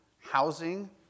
housing